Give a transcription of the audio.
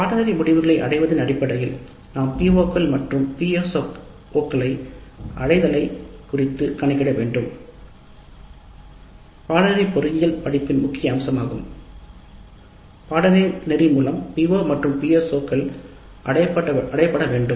பாடநெறி முடிவுகளின் சாதனைகளின் அடிப்படையில் நாம் பிஓக்கள் மற்றும் பிஎஸ்ஓக்களை அடைதல் குறித்து கணக்கிட வேண்டும் பிஓக்கள் மற்றும் பிஎஸ்ஓக்கள் பொறியியலின் முக்கிய கூறுகளாக இருக்கின்றன